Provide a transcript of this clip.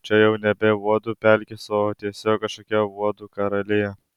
čia jau nebe uodų pelkės o tiesiog kažkokia uodų karalija